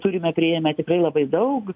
turime priėmę tikrai labai daug